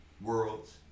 worlds